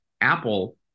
Apple